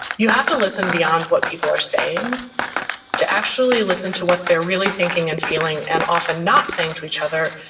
you have to listen beyond what people are saying to actually listen to what they're really thinking and feeling. and often not saying to each other,